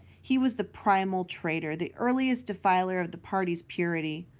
he was the primal traitor, the earliest defiler of the party's purity.